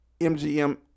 MGM